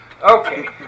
Okay